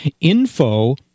info